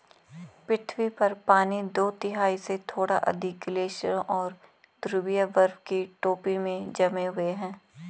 पृथ्वी पर पानी दो तिहाई से थोड़ा अधिक ग्लेशियरों और ध्रुवीय बर्फ की टोपी में जमे हुए है